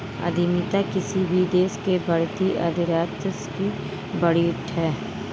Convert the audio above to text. उद्यमिता किसी भी देश की बढ़ती अर्थव्यवस्था की रीढ़ है